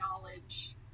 knowledge